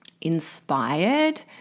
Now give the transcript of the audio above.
inspired